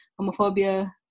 homophobia